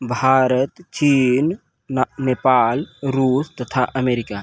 भारत चीन नेपाल रूस तथा अमेरिका